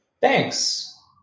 Thanks